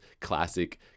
classic